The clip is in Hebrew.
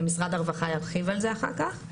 ומשרד הרווחה ירחיב על זה אחר כך.